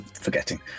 forgetting